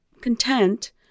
content